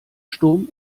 sturm